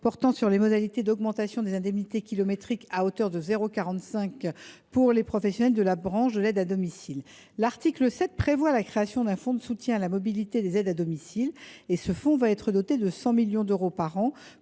portant sur les modalités d’augmentation des indemnités kilométriques à hauteur de 45 centimes d’euro par kilomètre pour les professionnels de la branche de l’aide à domicile. L’article 7 prévoit la création d’un fonds de soutien à la mobilité des aides à domicile doté de 100 millions d’euros par an,